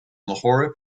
lahore